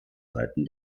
seiten